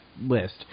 list